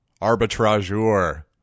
arbitrageur